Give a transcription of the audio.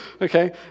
okay